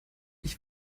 ich